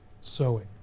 sewing